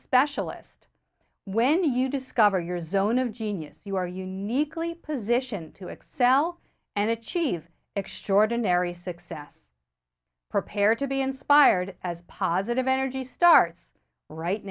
specialist when you discover your zone of genius you are uniquely positioned to excel and achieve extraordinary success prepared to be inspired as positive energy starts right